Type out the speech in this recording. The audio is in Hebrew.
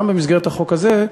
גם במסגרת החוק הזה,